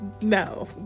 no